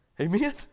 Amen